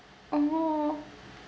oh